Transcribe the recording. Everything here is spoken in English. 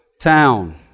town